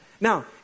Now